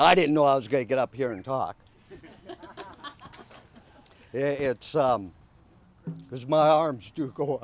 i didn't know i was going to get up here and talk it's because my arms do go